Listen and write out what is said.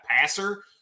passer